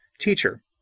Teacher